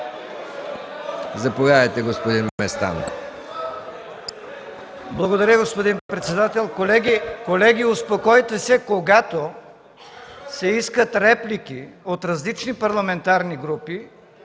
Заповядайте, господин Местан.